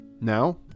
Now